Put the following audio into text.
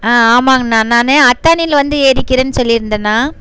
ஆ ஆமாங்கண்ணா நான் அத்தாணியில் வந்து ஏறிக்கிறேன்னு சொல்லியிருந்தேண்ணா